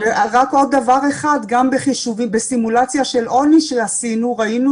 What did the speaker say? גם בסימולציה של עוני שעשינו ראינו